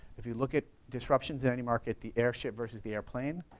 if you look at disruptions in any market the airship verses the airplane,